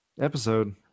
episode